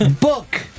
Book